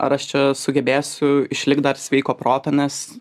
ar aš čia sugebėsiu išlikt dar sveiko proto nes